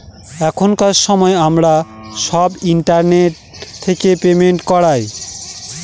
এখনকার সময় আমরা সব ইন্টারনেট থেকে পেমেন্ট করায়